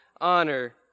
honor